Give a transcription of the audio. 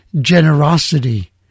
generosity